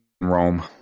Rome